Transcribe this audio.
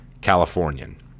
Californian